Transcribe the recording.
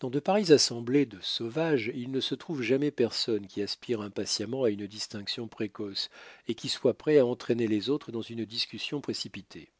dans de pareilles assemblées de sauvages il ne se trouve jamais personne qui aspire impatiemment à une distinction précoce et qui soit prêt à entraîner les autres dans une discussion précipitée